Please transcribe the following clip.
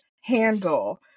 handle